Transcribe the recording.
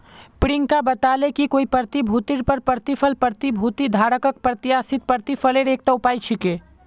प्रियंका बताले कि कोई प्रतिभूतिर पर प्रतिफल प्रतिभूति धारकक प्रत्याशित प्रतिफलेर एकता उपाय छिके